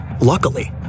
Luckily